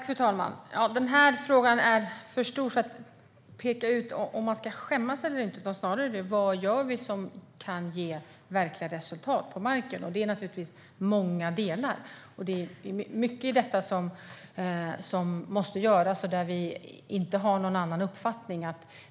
Fru talman! Den här frågan är för stor för att peka ut om man ska skämmas eller inte, utan snarare handlar det om vad vi gör som kan ge verkliga resultat på marken, vilket naturligtvis är många delar. Beträffande mycket som måste göras har vi inte någon annan uppfattning.